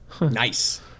nice